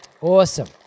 Awesome